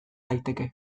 daiteke